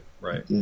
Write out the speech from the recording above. Right